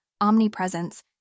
omnipresence